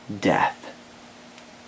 death